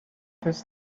this